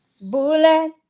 Bullet